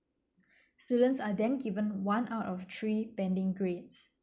students are then given one out of three pending grades